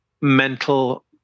mental